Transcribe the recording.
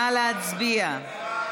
נא להצביע.